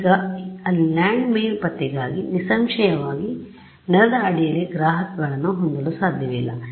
ಈಗ ಅಲ್ಲಿ ಲ್ಯಾಂಡ್ಮೈನ್ ಪತ್ತೆಗಾಗಿ ನಿಸ್ಸಂಶಯವಾಗಿ ನಾನು ನೆಲದ ಅಡಿಯಲ್ಲಿ ಗ್ರಾಹಕಗಳನ್ನು ಹೊಂದಲು ಸಾಧ್ಯವಿಲ್ಲ